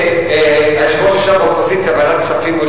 כשהיושב-ראש ישב באופוזיציה בוועדת הכספים,